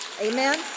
Amen